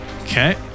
Okay